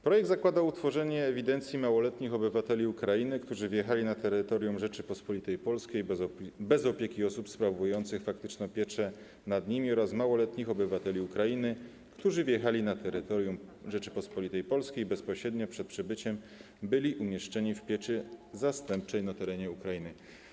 Projekt zakłada utworzenie ewidencji małoletnich obywateli Ukrainy, którzy wjechali na terytorium Rzeczypospolitej Polskiej bez opieki osób sprawujących faktyczną pieczę nad nimi, oraz małoletnich obywateli Ukrainy, którzy wjechali na terytorium Rzeczypospolitej Polskiej, a bezpośrednio przed przybyciem byli umieszczeni w pieczy zastępczej na terenie Ukrainy.